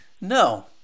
No